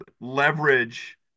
leverage